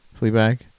Fleabag